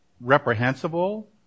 reprehensible